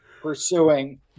pursuing